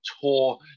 tour